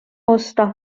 osta